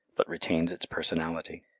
but retains its personality.